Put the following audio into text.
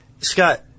scott